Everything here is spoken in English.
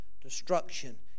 destruction